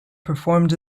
performed